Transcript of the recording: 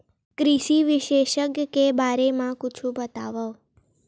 कृषि विशेषज्ञ के बारे मा कुछु बतावव?